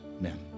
men